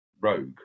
rogue